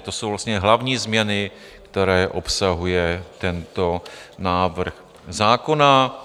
To jsou vlastně hlavní změny, které obsahuje tento návrh zákona.